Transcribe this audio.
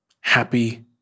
Happy